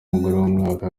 w’umwaka